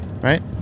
Right